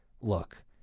Look